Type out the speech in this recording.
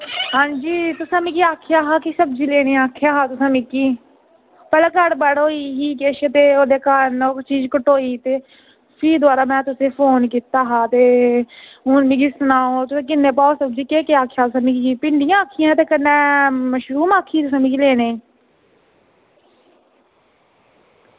अंजी तुसें मिगी आक्खेआ हा सब्ज़ी लैने गी आक्खेआ हा मिगी ते भला गड़बड़ होई ही ते ओह्दे कारण ओह् चीज़ कटोई ही ते फ्ही दोआरै में तुसेंगी फोन कीता हा ते हून तुस मिगी सनाओ केह् भाऽ सब्ज़ी ते केह् केह् आक्खेआ तुसें मिगी भिंडियां आक्खियां ते कन्नै मशरूम आक्खी ही लैने गी